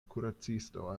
kuracisto